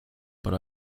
but